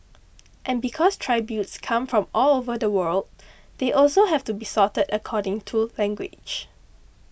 and because tributes come from all over the world they also have to be sorted according to language